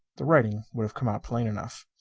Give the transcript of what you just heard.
the writing would have come out plain enough.